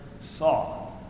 saw